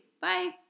Bye